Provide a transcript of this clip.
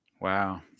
Wow